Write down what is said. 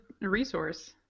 resource